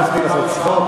לא רציתי לעשות צחוק.